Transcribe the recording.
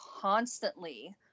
constantly